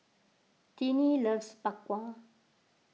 Tinie loves Bak Kwa